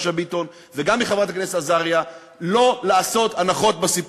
אני רוצה לסיים,